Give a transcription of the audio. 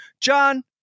John